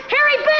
Harry